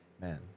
man